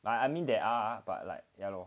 I mean there are but like ya lor